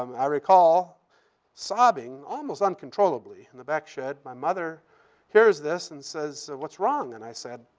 um i recall sobbing almost uncontrollably in the back shed. my mother hears this and says, what's wrong? and i said,